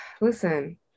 listen